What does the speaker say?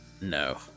No